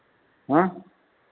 हं